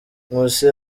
nkusi